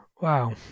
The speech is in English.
Wow